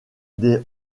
des